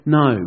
no